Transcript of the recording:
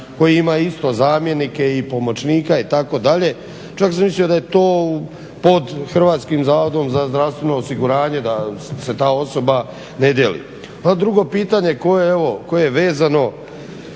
koji ima isto zamjenika, pomoćnika itd. čak sam mislio da je to pod Hrvatskim zavodom za zdravstveno osiguranje da se ta osoba ne dijeli. A drugo pitanje koje je vezano